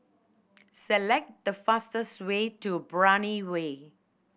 select the fastest way to Brani Way